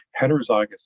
heterozygous